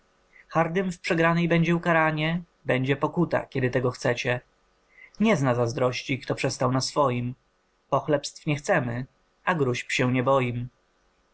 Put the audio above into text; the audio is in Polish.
w przegranej będzie ukaranie będzie pokuta kiedy tego chcecie nie zna zazdrości kto przestał na swoim pochlebstw nie chcemy a gróźb się nie boim